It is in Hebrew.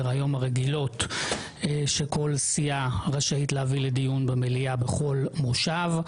היום הרגילות שכל סיעה רשאית להביא לדיון במליאה בכל מושב.